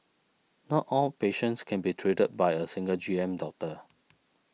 not all patients can be treated by a single G M doctor